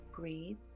breathe